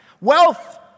Wealth